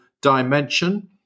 Dimension